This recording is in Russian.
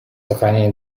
сохранения